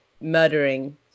murdering